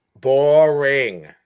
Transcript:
boring